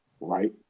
right